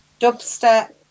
dubstep